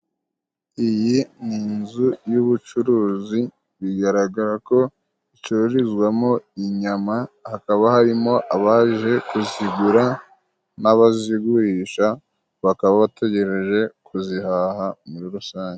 Iyi ni inzu y'ubucuruzi bigaragara ko icurizwamo inyama, hakaba harimo abaje kuzigura n'abazigurisha, bakaba bategereje kuzihaha muri rusange.